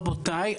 רבותיי,